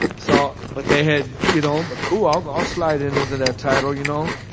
so but they had you know, cool. i'll slide in under that title, you know.